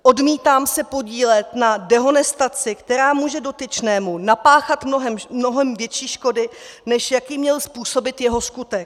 Odmítám se podílet na dehonestaci, která může dotyčnému napáchat mnohem větší škody, než jaké měl způsobit jeho skutek.